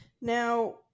Now